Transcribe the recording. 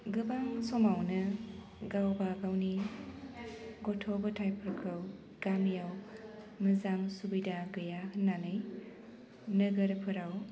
गोबां समावनो गावबा गावनि गथ' गथायफोरखौ गामियाव मोजां सुबिदा गैया होन्नानै नोगोरफोराव